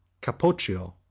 capoccio,